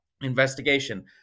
investigation